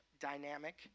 dynamic